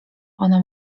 ona